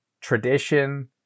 tradition